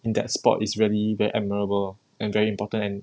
in that spot is really very admirable and very important and